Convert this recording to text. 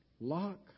lock